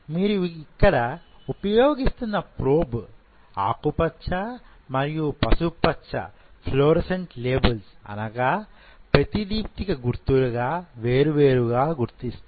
మీరు ఇక్కడ ఉపయోగిస్తున్న ప్రోబ్ ఆకుపచ్చ మరియు పసుపు పచ్చ ఫ్లోరోసెంట్ లేబుల్స్ అనగా ప్రతిదీప్తిక గుర్తులు వేర్వేరుగా గుర్తిస్తుంది